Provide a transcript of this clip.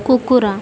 କୁକୁର